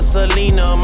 Selena